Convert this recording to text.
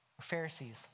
Pharisees